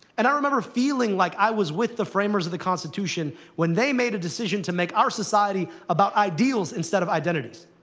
and i remember feeling like i was with the framers of the constitution when they made a decision to make our society about ideals instead of identities.